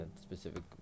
specific